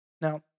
Now